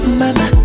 mama